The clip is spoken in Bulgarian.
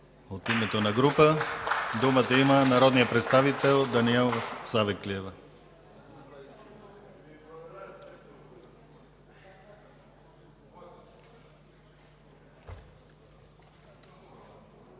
парламентарна група думата има народният представител Даниела Савеклиева.